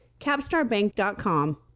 CapstarBank.com